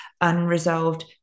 unresolved